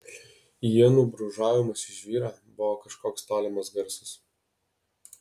ienų brūžavimas į žvyrą buvo kažkoks tolimas garsas